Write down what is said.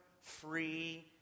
free